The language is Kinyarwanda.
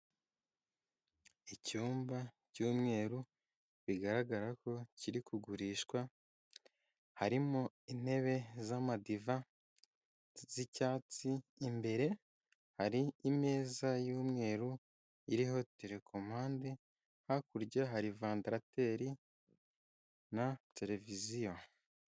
Icyumba cy'umweru bigaragara ko kiri kugurishwa, harimo intebe z'amadiva z'icyatsi, imbere hari imeza y'umweru iriho terekomande; hakurya hari vandarateri na televiziyo.